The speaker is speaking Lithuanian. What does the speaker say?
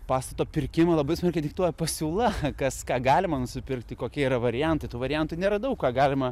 pastato pirkimą labai smarkiai diktuoja pasiūla kas ką galima nusipirkti kokie yra variantai tų variantų nėra daug ką galima